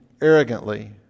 arrogantly